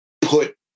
put